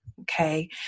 Okay